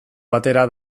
batera